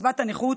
לקצבת הנכות,